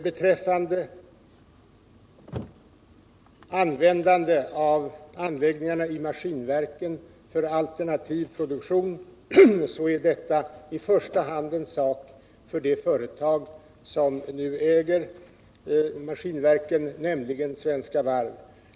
Beträffande användande av anläggningarna i Maskinverken för alternativ produktion så är detta i första hand en sak för det företag som nu äger Maskinverken, nämligen Svenska Varv.